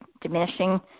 diminishing